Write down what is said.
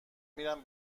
میرم